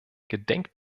gedenkt